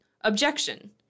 objection